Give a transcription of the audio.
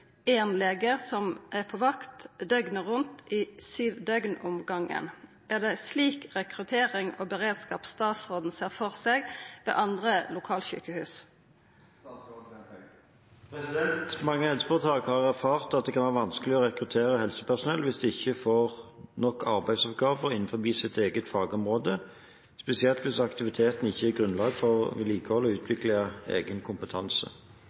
lege som er på vakt døgnet rundt i syv døgn om gangen. Er det slik rekruttering og beredskap statsråden ser for seg ved andre lokalsykehus?» Mange helseforetak har erfart at det kan være vanskelig å rekruttere helsepersonell hvis de ikke får nok arbeidsoppgaver innenfor sitt fagområde, spesielt hvis aktiviteten ikke gir grunnlag for å vedlikeholde og utvikle egen kompetanse.